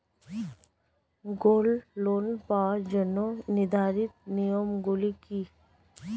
Gold loan পাওয়ার জন্য নির্ধারিত নিয়ম গুলি কি?